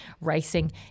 Racing